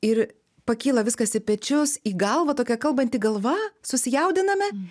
ir pakyla viskas į pečius į galvą tokia kalbanti galva susijaudiname